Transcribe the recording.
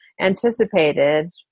anticipated